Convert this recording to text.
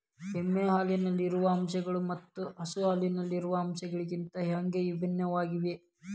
ಎಮ್ಮೆ ಹಾಲಿನಲ್ಲಿರುವ ಅಂಶಗಳು ಮತ್ತ ಹಸು ಹಾಲಿನಲ್ಲಿರುವ ಅಂಶಗಳಿಗಿಂತ ಹ್ಯಾಂಗ ಭಿನ್ನವಾಗಿವೆ?